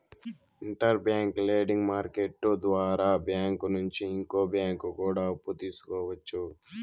inter bank lending market ద్వారా bank నుంచి ఇంకో బ్యాంకు కూడా అప్పు తీసుకోవచ్చు